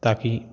ताकि